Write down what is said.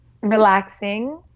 relaxing